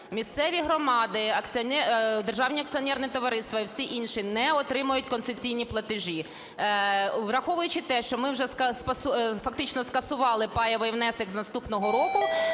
Місцеві громади, державні акціонерні товариства і всі інші не отримають концесійні платежі. Враховуючи те, що ми вже фактично скасували пайовий внесок з наступного року,